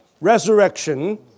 resurrection